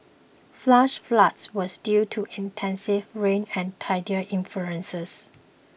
flash floods was due to intense rain and tidal influences